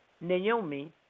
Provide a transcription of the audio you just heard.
Naomi